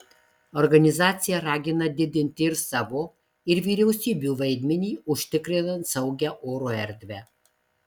organizacija ragina didinti ir savo ir vyriausybių vaidmenį užtikrinant saugią oro erdvę